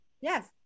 Yes